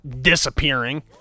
disappearing